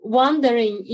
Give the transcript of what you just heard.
wondering